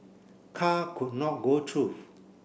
car could not go through